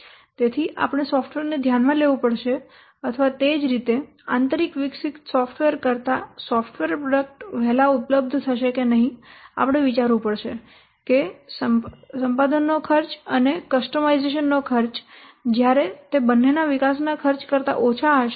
તેથી આપણે સોફ્ટવેરને ધ્યાનમાં લેવું પડશે અથવા તે જ રીતે આંતરિક વિકસિત સોફ્ટવેર કરતાં સોફ્ટવેર પ્રોડક્ટ વહેલા ઉપલબ્ધ થશે કે નહીં આપણે વિચારવું પડશે કે સંપાદનનો ખર્ચ અને કસ્ટમાઇઝેશનનો ખર્ચ જ્યારે તે બંનેના વિકાસના ખર્ચ કરતા ઓછા હશે